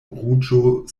ruĝo